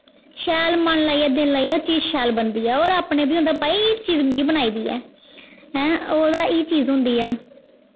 शैल मन लाइयै दिल लाइयै ओह् चीज़ शैल बनदी ऐ होर अपनै बी होंदा भाई एह् चीज़ मीं बनाई दी ऐ हैं ओह्दा एह् चीज़ होंदी ऐ